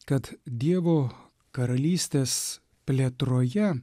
kad dievo karalystės plėtroje